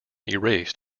erased